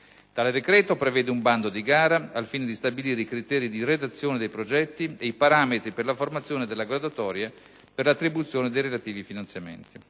Tale decreto prevede un bando di gara, al fine di stabilire i criteri di redazione dei progetti e i parametri per la formazione delle graduatorie per l'attribuzione dei relativi finanziamenti.